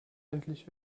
endlich